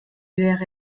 wäre